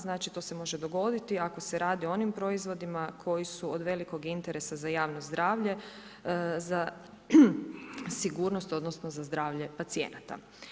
Znači to se može dogoditi ako se radi o onim proizvodima koji su od velikog interesa za javno zdravlje, za sigurnost odnosno za zdravlje pacijenata.